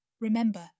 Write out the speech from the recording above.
Remember